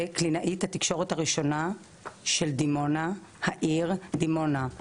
קלינאית התקשורת הראשונה של העיר דימונה,